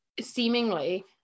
seemingly